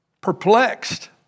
perplexed